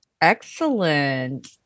excellent